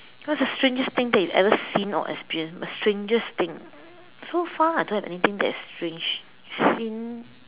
what's the strangest thing that you've ever seen or experienced the strangest thing so far I don't have anything that is strange seen